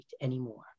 anymore